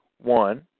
One